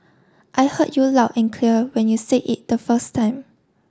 I heard you loud and clear when you said it the first time